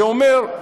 שאומר,